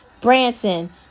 Branson